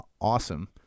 awesome